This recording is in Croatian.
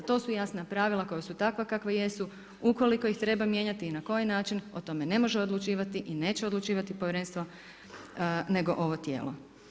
To su jasna pravila koja su takva kakva jesu, ukoliko ih treba mijenjati i na koji način o tome ne može odlučivati i neće odlučivati povjerenstvo nego ovo tijelo.